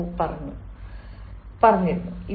O പറഞ്ഞിരുന്നു